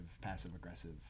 passive-aggressive